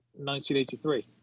1983